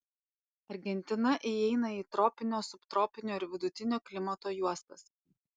argentina įeina į tropinio subtropinio ir vidutinio klimato juostas